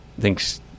thinks